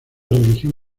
religión